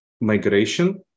migration